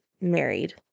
married